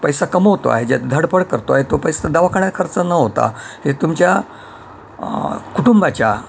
पैसा कमावतो आहे जे धडपड करतो आहे तो पैसा दवाखान्यात खर्च न होता हे तुमच्या कुटुंबाच्या